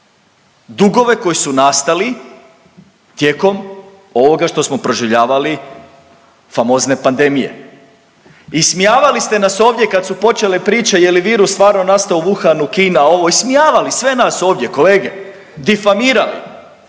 Dugove koji su nastali tijekom ovoga što smo proživljavali famozne pandemije. Ismijavali ste nas ovdje kad su počele priče je li virus stvarno nastao u Wuhanu, Kina ovo, ismijavali sve nas ovdje kolege, difamirali